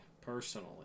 Personally